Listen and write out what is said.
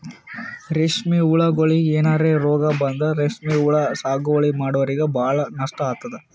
ರೇಶ್ಮಿ ಹುಳಗೋಳಿಗ್ ಏನರೆ ರೋಗ್ ಬಂದ್ರ ರೇಶ್ಮಿ ಹುಳ ಸಾಗುವಳಿ ಮಾಡೋರಿಗ ಭಾಳ್ ನಷ್ಟ್ ಆತದ್